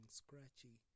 scratchy